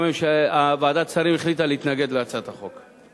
ועדת השרים החליטה להתנגד להצעת החוק.